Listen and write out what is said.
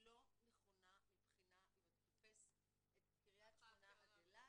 היא לא נכונה מבחינת אם אתה תופס את קרית שמונה עד אילת,